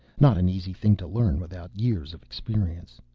not an easy thing to learn, without years of experience.